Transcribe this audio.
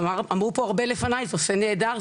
אמרו פה הרבה לפנייך שזה עושה נהדר,